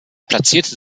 platzierte